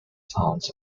sons